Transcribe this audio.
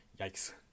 Yikes